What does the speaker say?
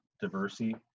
diversity